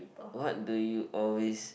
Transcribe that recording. what do you always